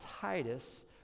Titus